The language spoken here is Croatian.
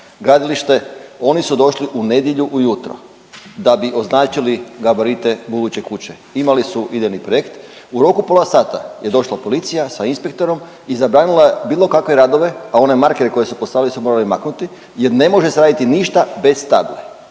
gradilište, oni su došli u nedjelju ujutro da bi označili gabarite buduće kuće, imali su idejni projekt. U roku pola sata je došla je policija sa inspektorom i zabranila bilo kakve radove, a one markere koje su postavili su morali maknuti jer ne može se raditi ništa bez table.